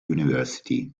university